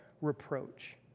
reproach